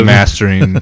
mastering